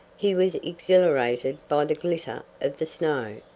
he was exhilarated by the glitter of the snow,